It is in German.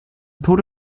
tode